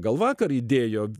gal vakar įdėjo